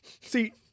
See